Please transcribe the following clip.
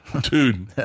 Dude